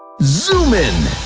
zoom in!